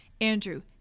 Andrew